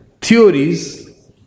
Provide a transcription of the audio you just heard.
theories